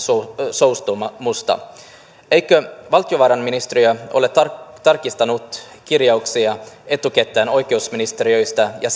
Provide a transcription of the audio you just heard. suostumusta eikö valtiovarainministeriö ole tarkistanut kirjauksia etukäteen oikeusministeriöstä ja